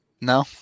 No